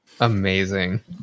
Amazing